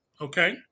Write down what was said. Okay